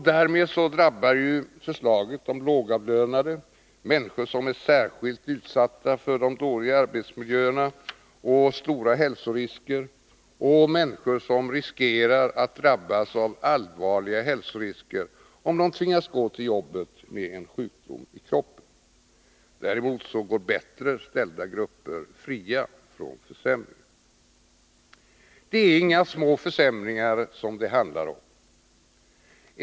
Därmed drabbar förslaget de lågavlönade, människor som är särskilt utsatta för dåliga arbetsmiljöer och stora hälsorisker och människor som riskerar att drabbas av allvarliga hälsorisker, om de tvingas gå till jobbet med en sjukdom i kroppen. Däremot går bättre ställda grupper fria från försämringar. Det är inga små försämringar som det handlar om.